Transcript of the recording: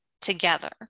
together